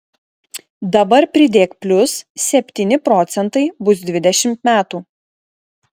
dabar pridėk plius septyni procentai bus dvidešimt metų